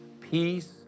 peace